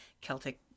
Celtic